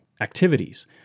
activities